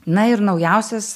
na ir naujausias